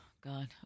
God